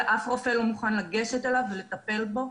ואף רופא לא מוכן לגשת אליו ולטפל בו,